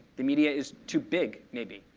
the media is too big, maybe.